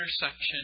intersection